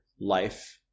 life